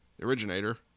originator